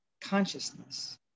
Consciousness